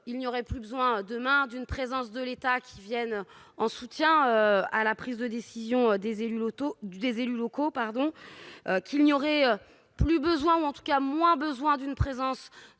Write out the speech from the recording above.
il n'y aurait plus besoin demain d'une présence de l'État qui viennent en soutien à la prise de décision des élus Loto du des élus locaux, pardon, qu'il n'y aurait plus besoin ou en tout cas moins besoin d'une présence